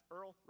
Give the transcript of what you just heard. Earl